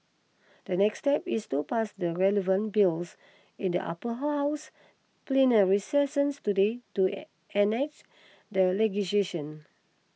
the next step is to pass the relevant bills in the Upper House plenary session today to enact the legislation